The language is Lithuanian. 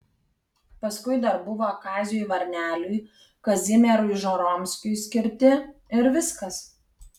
paskui dar buvo kaziui varneliui kazimierui žoromskiui skirti ir viskas